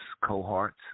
cohorts